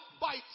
bite